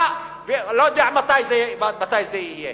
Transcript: אני לא יודע מתי זה יהיה,